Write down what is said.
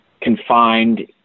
confined